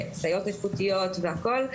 סייעות איכותיות והכול,